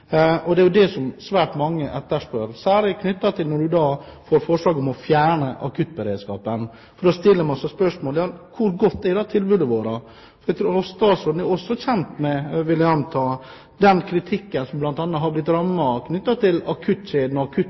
Det er jo det som svært mange etterspør, særlig når det kommer forslag om å fjerne akuttberedskapen. Da stiller man seg spørsmålet: Hvor godt er tilbudet vårt? Statsråden er også kjent med, vil jeg anta, den kritikken som tidligere har kommet knyttet til